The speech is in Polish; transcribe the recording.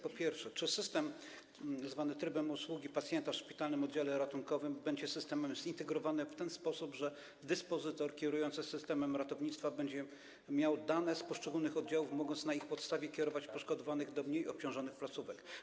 Po pierwsze: Czy system zwany trybem obsługi pacjenta w szpitalnym oddziale ratunkowym będzie systemem zintegrowanym w ten sposób, że dyspozytor kierujący systemem ratownictwa będzie miał dane z poszczególnych oddziałów, mogąc na ich podstawie kierować poszkodowanych do mniej obciążonych placówek?